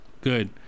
Good